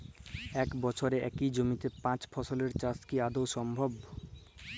এক বছরে একই জমিতে পাঁচ ফসলের চাষ কি আদৌ সম্ভব?